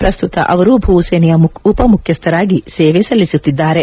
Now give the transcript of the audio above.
ಪ್ರಸ್ತುತ ಅವರು ಭೂಸೇನೆಯ ಉಪಮುಖ್ಯಸ್ಥರಾಗಿ ಸೇವೆ ಸಲ್ಲಿಸುತ್ತಿದ್ದಾರೆ